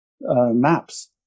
maps